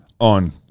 on